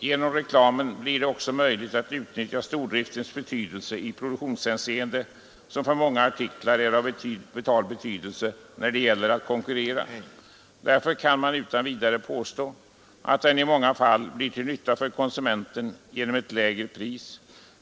Genom reklamen blir det också möjligt att i produktionshänseende utnyttja stordriften, som för många artiklar är av vital betydelse när det gäller att konkurrera. Därför kan man utan vidare påstå att reklamen i många fall blir till nytta för konsumenten genom ett lägre pris.